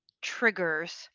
triggers